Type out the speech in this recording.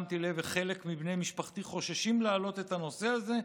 שמתי לב שחלק מבני משפחתי חוששים להעלות את הנושא הזה,